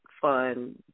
fun